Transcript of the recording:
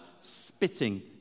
Spitting